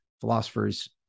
philosophers